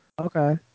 Okay